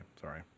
sorry